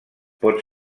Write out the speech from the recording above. pot